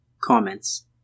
Comments